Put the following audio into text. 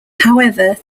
however